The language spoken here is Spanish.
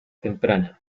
temprana